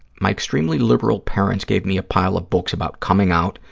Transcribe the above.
my extremely liberal parents gave me a pile of books about coming out,